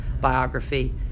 biography